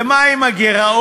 ומה עם הגירעון,